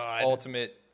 ultimate